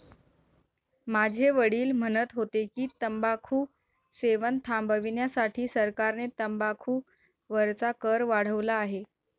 माझे वडील म्हणत होते की, तंबाखू सेवन थांबविण्यासाठी सरकारने तंबाखू वरचा कर वाढवला आहे